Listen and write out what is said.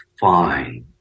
fine